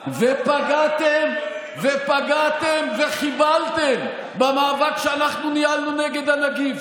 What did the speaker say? ופגעתם וחיבלתם במאבק שאנחנו ניהלנו נגד הנגיף.